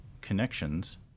Connections